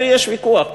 לי יש ויכוח.